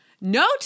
Note